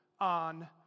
on